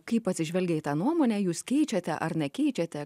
kaip atsižvelgia į tą nuomonę jūs keičiate ar nekeičiate